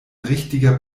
richtiger